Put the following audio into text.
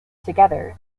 together